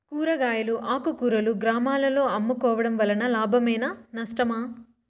కూరగాయలు ఆకుకూరలు గ్రామాలలో అమ్ముకోవడం వలన లాభమేనా నష్టమా?